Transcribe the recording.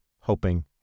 hoping